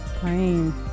brain